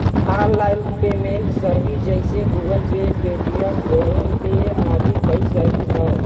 online payment service जइसे Google pay, Paytm, phone pay आदि कई सर्विस हौ